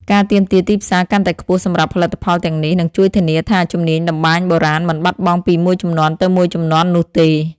ការទាមទារទីផ្សារកាន់តែខ្ពស់សម្រាប់ផលិតផលទាំងនេះ នឹងជួយធានាថាជំនាញតម្បាញបុរាណមិនបាត់បង់ពីមួយជំនាន់ទៅមួយជំនាន់នោះទេ។